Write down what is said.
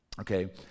okay